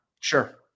Sure